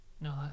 No